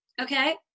Okay